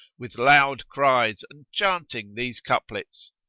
with loud cries and chanting these couplets,